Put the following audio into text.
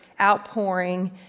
outpouring